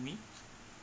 me